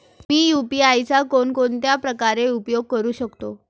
मी UPI चा कोणकोणत्या प्रकारे उपयोग करू शकतो?